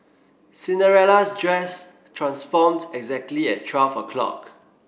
Cinderella's dress transformed exactly at twelve o'clock